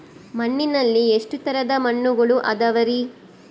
ಮಣ್ಣಿನಲ್ಲಿ ಎಷ್ಟು ತರದ ಮಣ್ಣುಗಳ ಅದವರಿ?